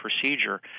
procedure